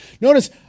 Notice